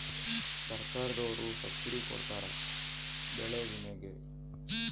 ಸರ್ಕಾರ್ದೊರು ಸಬ್ಸಿಡಿ ಕೊಡ್ತಾರ ಬೆಳೆ ವಿಮೆ ಗೇ